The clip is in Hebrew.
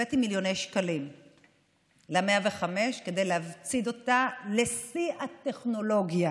הבאתי מיליוני שקלים ל-105 כדי להצעיד אותה לשיא הטכנולוגיה